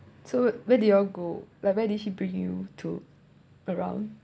so where do you all go like where did she bring you to around